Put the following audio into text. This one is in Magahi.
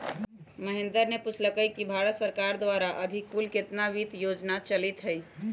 महेंद्र ने पूछल कई कि भारत सरकार द्वारा अभी कुल कितना वित्त योजना चलीत हई?